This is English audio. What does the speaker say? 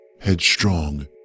headstrong